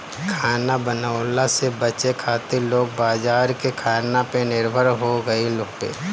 खाना बनवला से बचे खातिर लोग बाजार के खाना पे निर्भर हो गईल हवे